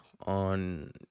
on